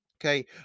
Okay